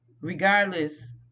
Regardless